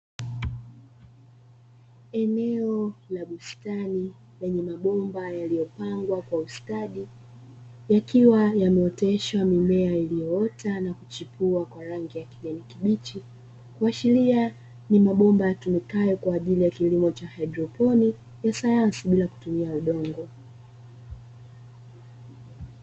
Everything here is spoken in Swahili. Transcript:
Eneo la bustani lenye mabomba yaliyopangwa kwa ustadi, yakiwa yameoteshwa mimea iliyoota na kuchipua kwa rangi ya kijani kibichi, kuashiria ni mabomba yatumikayo kwa ajili ya kilimo cha haidroponi, ya sayansi bila kutumia udongo.